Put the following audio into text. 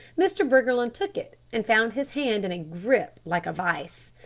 mr. briggerland took it and found his hand in a grip like a vice.